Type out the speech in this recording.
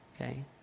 Okay